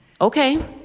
Okay